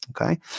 Okay